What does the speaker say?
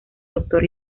doctor